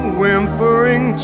whimpering